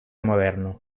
moderno